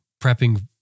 prepping